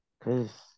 Cause